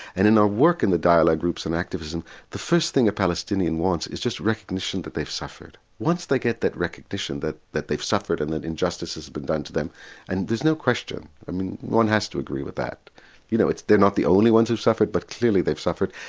and in our work in the dialogue groups and activism the first thing a palestinian wants is just recognition that they've suffered. once they get that recognition that that they've suffered and that injustice has been done to them and there's no question, one has to agree with that you know they're not the only ones who've suffered but clearly they've suffered,